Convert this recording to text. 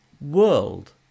world